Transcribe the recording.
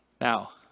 Now